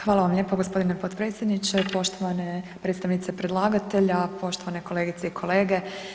Hvala vam lijepo g. potpredsjedniče, poštovane predstavnice predlagatelja, poštovane kolegice i kolege.